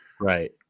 right